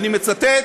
אני מצטט,